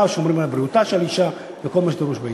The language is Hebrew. ושומרים על בריאותה של האישה וכל מה שדרוש בעניין.